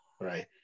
Right